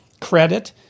credit